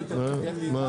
הישיבה ננעלה בשעה